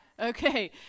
Okay